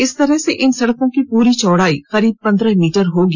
इस तरह से इन सड़कों की पूरी चौड़ाई करीब पंद्रह मीटर होगी